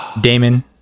Damon